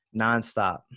nonstop